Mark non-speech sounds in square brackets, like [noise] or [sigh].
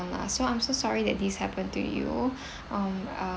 uh so I'm so sorry that this happen to you [breath] um uh